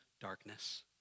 darkness